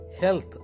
health